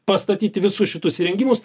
pastatyti visus šitus įrengimus